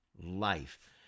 life